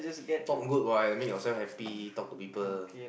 talk good what make yourself happy talk to people